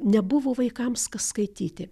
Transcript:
nebuvo vaikams skaityti